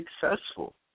successful